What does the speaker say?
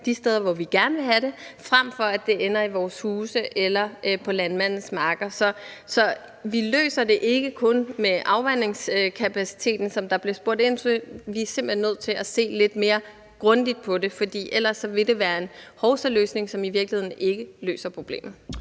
de steder, hvor vi gerne vil have det, frem for at det ender i vores huse eller på landmandens marker. Så vi løser det ikke kun med afvandingskapaciteten, som der blev spurgt ind til. Vi er simpelt hen nødt til at se lidt mere grundigt på det, for ellers vil det være en hovsaløsning, som i virkeligheden ikke løser problemet.